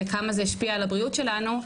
וכמה זה השפיע על הבריאות שלנו.